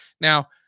now